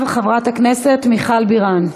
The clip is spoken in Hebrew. חברת הכנסת מיכל בירן.